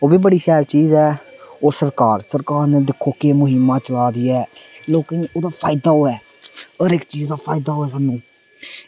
ओह्बी बड़ी शैल चीज ऐ सरकार नै दिक्खो कनेही मुहिम चलाई दी ऐ लोकें गी ओह्दा फैदा होऐ हर इक चीज दा फैदा होऐ सानूं